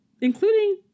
including